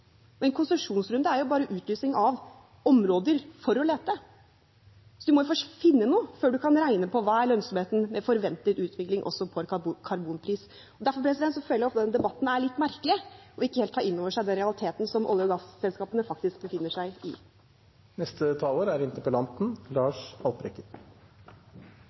og en konsesjonsrunde er jo bare utlysing av områder for å lete. Man må jo først finne noe før man kan regne på hva som er lønnsomheten ved forventet utvikling også for karbonpris. Derfor føler jeg at den debatten er litt merkelig og ikke helt tar inn over seg den realiteten som olje- og gasselskapene faktisk befinner seg